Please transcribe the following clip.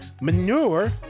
manure